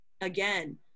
again